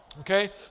Okay